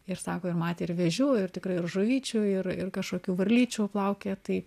ir sako ir matė ir vėžių ir tikrai ir žuvyčių ir ir kažkokių varlyčių plaukioja tai